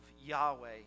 Yahweh